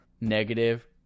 negative